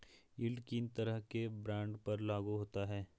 Yield किन तरह के बॉन्ड पर लागू होता है?